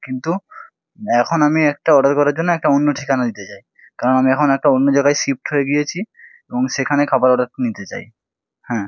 কিন্তু এখন আমি একটা অর্ডার করার জন্য একটা অন্য ঠিকানা দিতে চাই কারণ আমি এখন একটা অন্য জায়গায় শিফ্ট হয়ে গিয়েছি এবং সেখানে খাবার অর্ডারটা নিতে চাই হ্যাঁ